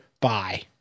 Bye